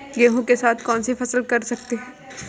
गेहूँ के साथ कौनसी फसल कर सकते हैं?